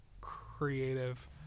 creative